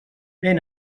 ven